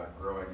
growing